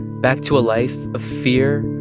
back to a life of fear,